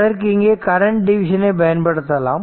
அதற்கு இங்கே current division ஐ பயன்படுத்தலாம்